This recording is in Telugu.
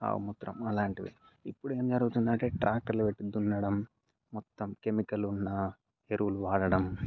ఆవు మూత్రం అలాంటివి ఇప్పుడు ఏమి జరుగుతుంది అంటే ట్రాక్టర్లు పెట్టి దున్నడం మొత్తం కెమికల్ ఉన్న ఎరువులు వాడడం